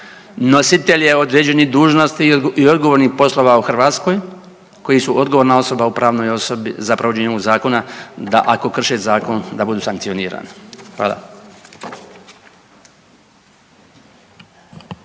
nositelje određenih dužnosti i odgovornih poslova u Hrvatskoj koji su odgovorna osoba u pravnoj osobi za provođenje ovog zakona, da ako krše zakon, da budu sankcionirani. Hvala.